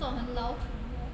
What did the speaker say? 那种很老土的啊